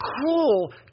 cruel